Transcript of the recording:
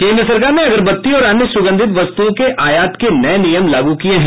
केन्द्र सरकार ने अगरबत्ती और अन्य सुगंधित वस्तुओं के आयात के नए नियम लागू किए हैं